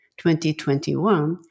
2021